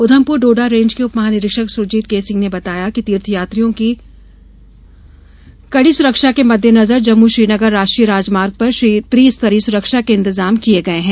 Udhampur Doda range के उप महानिरीक्षक सुरजीत के सिंह ने बताया कि तीर्थयात्रियों की कड़ी सुरक्षा के मद्देनजर जम्मू श्रीनगर राष्ट्रीय राजमार्ग पर त्री स्तरीय सुरक्षा के इंतजाम किये गये हैं